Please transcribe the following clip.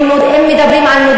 בואו נשחק אותה כמבוגרים,